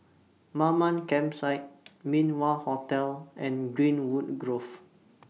Mamam Campsite Min Wah Hotel and Greenwood Grove